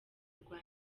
rwa